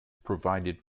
provided